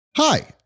Hi